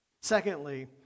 Secondly